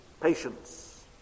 patience